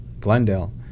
Glendale